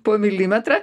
po milimetrą